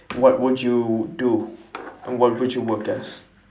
what would you do and what would you work as